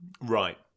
Right